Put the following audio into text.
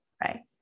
right